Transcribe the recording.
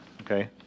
Okay